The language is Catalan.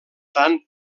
tant